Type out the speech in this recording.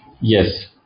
Yes